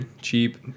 cheap